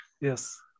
Yes